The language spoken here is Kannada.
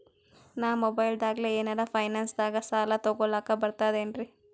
ನಾ ಮೊಬೈಲ್ದಾಗೆ ಏನರ ಫೈನಾನ್ಸದಾಗ ಸಾಲ ತೊಗೊಲಕ ಬರ್ತದೇನ್ರಿ?